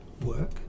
work